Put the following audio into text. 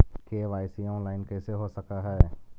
KYC online कैसे हो सक है?